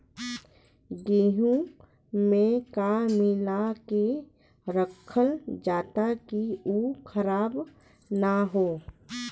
गेहूँ में का मिलाके रखल जाता कि उ खराब न हो?